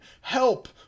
Help